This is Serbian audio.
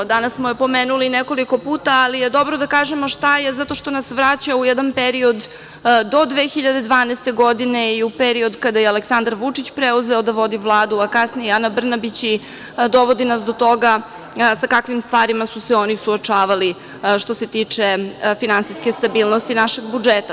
Danas smo je pomenuli nekoliko puta, ali je dobro da kažemo šta je zato što nas vraća u jedan period do 2012. godine i u period kada je Aleksandar Vučić preuzeo da vodi Vladu, a kasnije Ana Brnabić i dovodi nas do toga sa kakvim stvarima su se oni suočavali, što se tiče finansijske stabilnosti našeg budžeta.